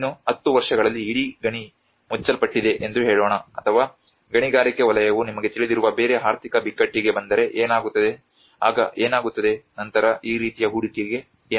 ಇನ್ನೂ 10 ವರ್ಷಗಳಲ್ಲಿ ಇಡೀ ಗಣಿ ಮುಚ್ಚಲ್ಪಟ್ಟಿದೆ ಎಂದು ಹೇಳೋಣ ಅಥವಾ ಗಣಿಗಾರಿಕೆ ವಲಯವು ನಿಮಗೆ ತಿಳಿದಿರುವ ಬೇರೆ ಆರ್ಥಿಕ ಬಿಕ್ಕಟ್ಟಿಗೆ ಬಂದರೆ ಏನಾಗುತ್ತದೆ ಆಗ ಏನಾಗುತ್ತದೆ ನಂತರ ಈ ರೀತಿಯ ಹೂಡಿಕೆಗೆ ಏನಾಗುತ್ತದೆ